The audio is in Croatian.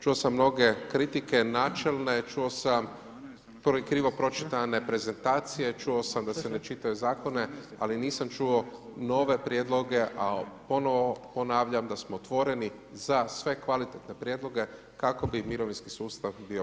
Čuo sam mnoge kritike, načelne, čuo sam krivo pročitane prezentacije, čuo sam da se ne čitaju zakoni, ali nisam čuo nove prijedloge, a ponovno ponavljam, da smo otvoreni za sve kvalitetne prijedloge, kako bi mirovinski sustav bio bolji.